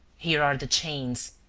here are the chains.